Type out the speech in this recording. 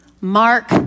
Mark